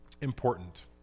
important